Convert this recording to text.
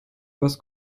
was